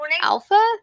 Alpha